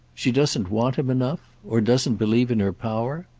she doesn't want him enough or doesn't believe in her power?